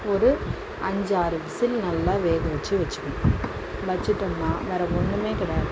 ஒரு அஞ்சு ஆறு விசில் நல்லா வேக வைச்சு வைச்சுக்கணும் வச்சுட்டோம்னா வேறு ஒன்றுமே கிடையாது